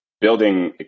building